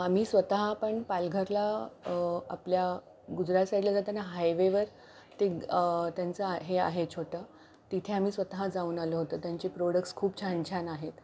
आम्ही स्वतः पण पालघरला आपल्या गुजरात साईडला जाताना हायवेवर ते त्यांचं हे आहे छोटं तिथे आम्ही स्वतः जाऊन आलो होतो त्यांचे प्रोडक्स खूप छान छान आहेत